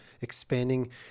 expanding